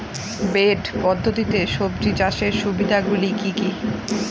Bed পদ্ধতিতে সবজি চাষের সুবিধাগুলি কি কি?